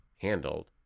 handled